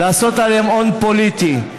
לעשות עליהם הון פוליטי.